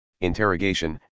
interrogation